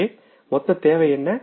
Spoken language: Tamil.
எனவே மொத்த தேவை என்ன